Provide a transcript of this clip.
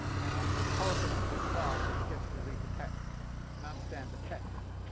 and actually the politics of this class is to get you to read the text and understand the text.